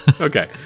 Okay